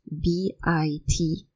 B-I-T